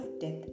death